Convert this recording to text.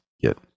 get